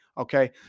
Okay